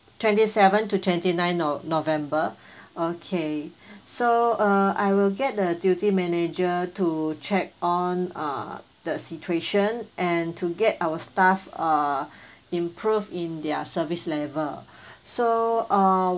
twenty seven to twenty nine of november okay so uh I will get the duty manager to check on uh the situation and to get our staff uh improve in their service level so uh